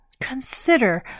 consider